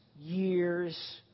years